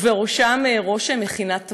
ובראשם ראש מכינת תבור,